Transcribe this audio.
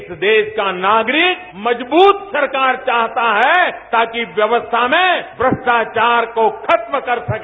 इस देश का नागरिक मजबूत सरकार चाहता है ताकि व्यवस्था में भ्रष्टाचार को खत्म कर सके